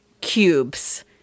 cubes